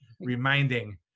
reminding